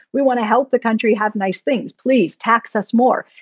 we want to help the country have nice things. please tax us more.